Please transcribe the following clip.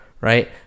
right